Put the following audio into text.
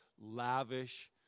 lavish